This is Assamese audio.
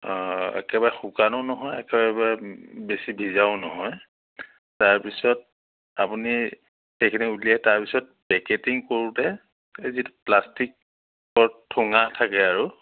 একেবাৰে শুকানো নহয় একবাৰে বেছি ভিজাও নহয় তাৰপিছত আপুনি সেইখিনি উলিয়াই তাৰপিছত পেকেটিং কৰোঁতে এই যিটো প্লাষ্টিকৰ ঠোঙা থাকে আৰু